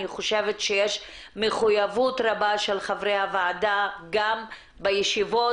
אני חושבת שיש מחויבות רבה של חברי הוועדה גם בישיבות,